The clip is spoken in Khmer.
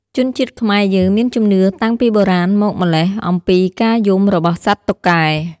ជនជាតិខ្មែរយើងមានជំនឿតាំងពីបុរាណមកម្ល៉េះ អំពីការយំរបស់សត្វតុកែ។